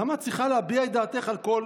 למה את צריכה להביע את דעתך על כל